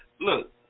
look